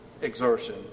exertion